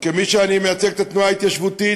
כמי שמייצגים את התנועה ההתיישבותית,